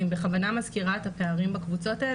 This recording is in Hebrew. אני בכוונה מזכירה את הפערים בקבוצות האלה,